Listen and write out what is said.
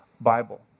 Bible